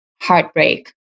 heartbreak